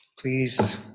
Please